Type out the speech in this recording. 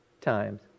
times